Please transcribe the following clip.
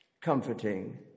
comforting